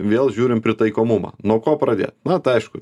vėl žiūrim pritaikomumą nuo ko pradėt na tai aišku